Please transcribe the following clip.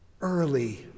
early